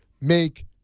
make